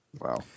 wow